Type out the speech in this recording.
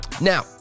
Now